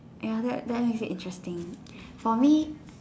ya that that makes it interesting